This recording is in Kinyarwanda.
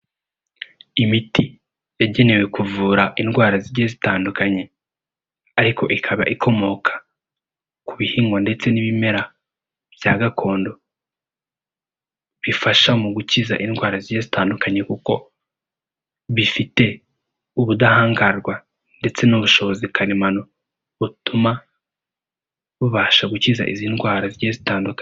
Imiti yagenewe kuvura indwara zigiye zitandukanye ariko ikaba ikomoka